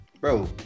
bro